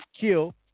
Kill